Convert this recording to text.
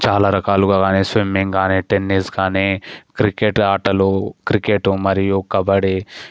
చాలా రకాలుగా కానీ స్విమ్మింగ్ కానీ టెన్నిస్ కానీ క్రికెట్ ఆటలు క్రికెట్ మరియు కబడ్డీ